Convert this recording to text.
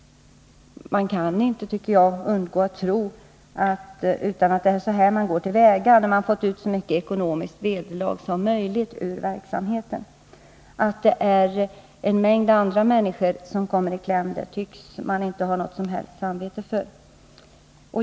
Man kan inte undgå att tro att det är så företagen går till väga, när de har fått ut så stort ekonomiskt vederlag som möjligt ur verksamheten. Att det är en mängd andra människor som kommer i kläm tycks de inte ha något som helst samvete för.